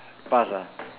pass ah